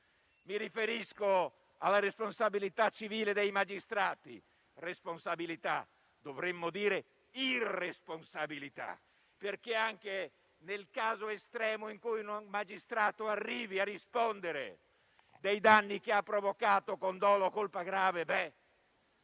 mi riferisco alla responsabilità civile dei magistrati. Dovremmo parlare piuttosto di irresponsabilità, perché anche nel caso estremo in cui un magistrato arrivi a rispondere dei danni che ha provocato, con dolo o colpa grave,